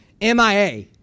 MIA